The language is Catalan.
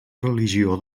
religió